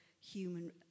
human